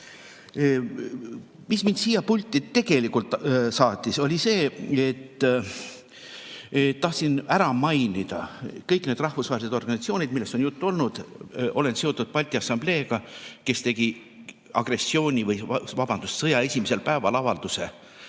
Mis mind siia pulti tegelikult saatis, oli see, et tahtsin ära mainida kõik need rahvusvahelised organisatsioonid, millest on juttu olnud. Olen seotud Balti Assambleega, kes tegi agressiooni – vabandust, sõja – esimesel päeval avalduse,